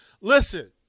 Listen